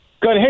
Good